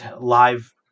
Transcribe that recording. live